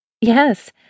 Yes